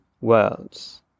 worlds